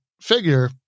figure